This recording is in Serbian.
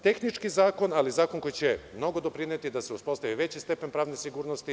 Tehnički zakon ali zakon koji će mnogo doprineti da se uspostavi veći stepen pravne sigurnosti.